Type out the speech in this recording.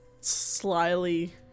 slyly